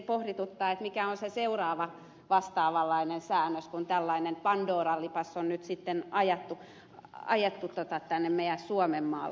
tietenkin pohdituttaa mikä on se seuraava vastaavanlainen säännös kun tällainen pandoran lipas on nyt sitten ajettu tänne meidän suomenmaalle